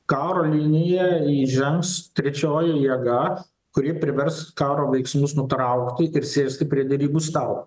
karo liniją įžengs trečioji jėga kuri privers karo veiksmus nutraukti ir sėsti prie derybų stalo